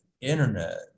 Internet